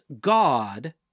God